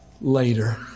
Later